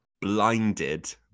Blinded